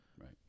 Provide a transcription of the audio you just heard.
Right